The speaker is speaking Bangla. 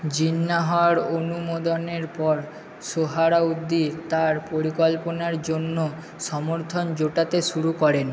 জিন্নাহর অনুমোদনের পর সোহরাওর্দি তার পরিকল্পনার জন্য সমর্থন জোটাতে শুরু করেন